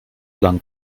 lang